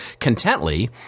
Contently